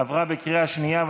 עברה בקריאה שנייה.